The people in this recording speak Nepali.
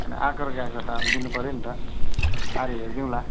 होइन आएको र गएको त अब दिनु पर्यो नि त आएर हेरिदिउँला